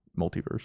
Multiverse